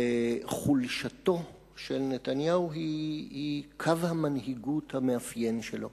וחולשתו של נתניהו היא קו המנהיגות המאפיין שלו.